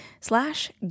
slash